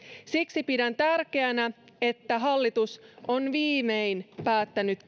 siksi pidän tärkeänä että hallitus on viimein päättänyt